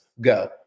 Go